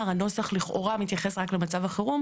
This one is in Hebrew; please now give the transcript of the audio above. הנוסח לכאורה מתייחס רק למצב החירום.